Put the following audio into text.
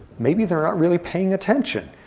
maybe they're not really paying attention.